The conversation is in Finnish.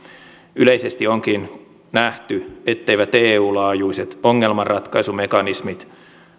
yleisesti onkin nähty etteivät eun laajuiset ongelmanratkaisumekanismit